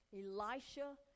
Elisha